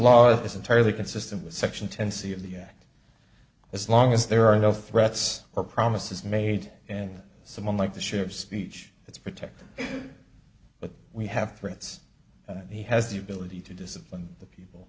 law is entirely consistent with section ten c of the act as long as there are no threats or promises made and someone like the ship speech is protected but we have threats and he has the ability to discipline the people